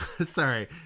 Sorry